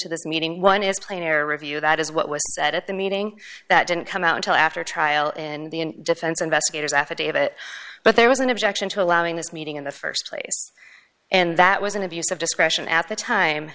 to this meeting one is plainer review that is what was said at the meeting that didn't come out until after trial in the defense investigators affidavit but there was an objection to allowing this meeting in the st place and that was an abuse of discretion at the time